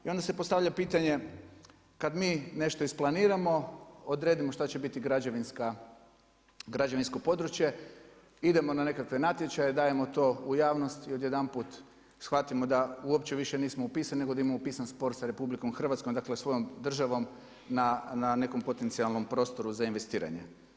I onda se postavlja pitanje, kada mi nešto isplaniramo, odredimo šta će biti građevinsko područje, idemo na nekakve natječaje dajemo to u javnost i odjedanput shvatimo da uopće više nismo upisani nego da imamo upisan spor sa RH dakle svojom državom na nekom potencijalnom prostoru za investiranje.